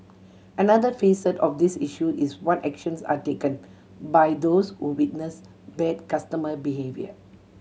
another facet of this issue is what actions are taken by those who witness bad customer behaviour